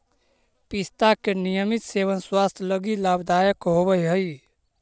पिस्ता के नियमित सेवन स्वास्थ्य लगी लाभदायक होवऽ हई